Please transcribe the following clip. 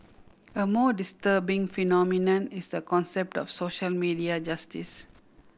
a more disturbing phenomenon is the concept of social media justice